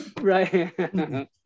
Right